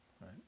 right